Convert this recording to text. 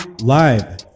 live